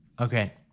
Okay